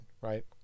right